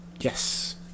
yes